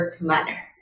manner